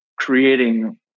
creating